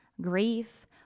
grief